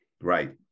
Right